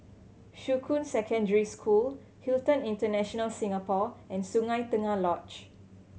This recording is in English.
Shuqun Secondary School Hilton International Singapore and Sungei Tengah Lodge